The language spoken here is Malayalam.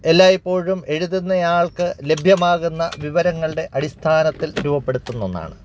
എല്ലായിപ്പോഴും എഴുതുന്നയാൾക്ക് ലഭ്യമാകുന്ന വിവരങ്ങളുടെ അടിസ്ഥാനത്തിൽ രൂപപ്പെടുത്തുന്ന ഒന്നാണ്